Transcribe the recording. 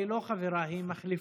היא לא חברה, היא מחליפה.